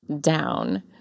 down